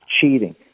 Cheating